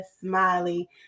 Smiley